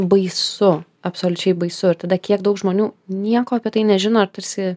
baisu absoliučiai baisu ir tada kiek daug žmonių nieko apie tai nežino ir tarsi